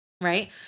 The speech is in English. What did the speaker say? Right